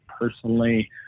personally